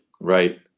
Right